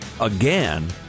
Again